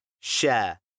share